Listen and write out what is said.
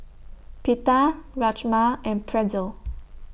Pita Rajma and Pretzel